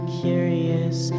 curious